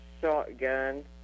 shotgun